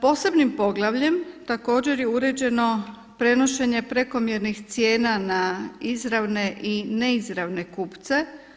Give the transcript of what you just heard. Posebnim poglavljem također je uređeno prenošenje prekomjernih cijena na izravne i neizravne kupce.